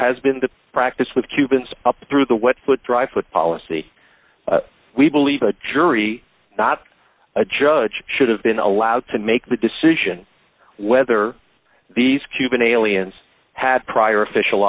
has been the practice with cubans up through the wet foot dry foot policy we believe a jury not a judge should have been allowed to make the decision whether these cuban aliens had prior official